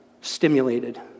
stimulated